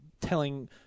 telling